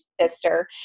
sister